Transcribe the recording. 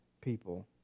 people